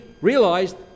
realized